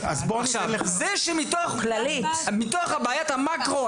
זה בסדר שמתוך בעיית המאקרו,